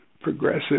progressive